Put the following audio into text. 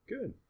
Good